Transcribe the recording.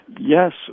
Yes